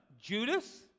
Judas